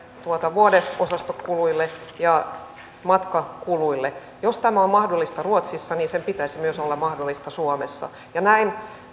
vuodeosastokuluille ja matkakuluille jos tämä on mahdollista ruotsissa niin sen pitäisi olla mahdollista myös suomessa näin